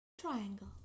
triangle